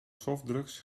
softdrugs